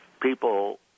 people